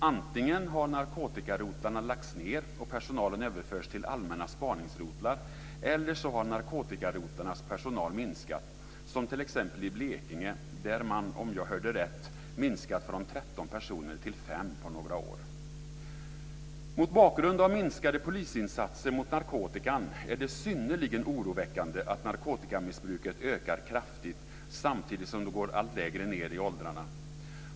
Antingen har narkotikarotlarna lagts ned och personalen överförts till allmänna spaningsrotlar eller också har narkotikarotlarnas personal minskat, som t.ex. i Blekinge där personalen, om jag hörde rätt, har minskat från 13 personer till 5 på några år. Mot bakgrund av minskade polisinsatser mot narkotikan är det synnerligen oroväckande att narkotikamissbruket ökar kraftigt samtidigt som det går allt lägre ned i åldrarna.